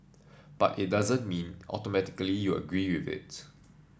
but it doesn't mean automatically you agree with it